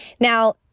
Now